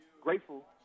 grateful